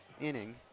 inning